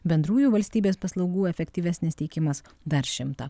bendrųjų valstybės paslaugų efektyvesnis teikimas dar šimtą